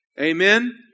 Amen